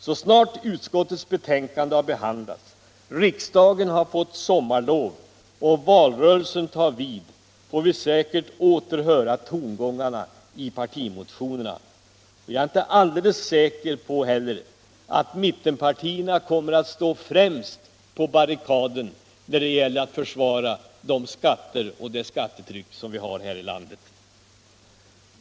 Så snart utskottets betänkande har behandlats, riksdagen har fått sommarlov och valrörelsen tar vid, får vi säkert åter höra tongångarna i partimotionerna. Jag är inte heller alldeles säker på att mittenpartierna kommer att stå på barrikaden när det gäller att försvara de skatter och det skattetryck vi har här i landet.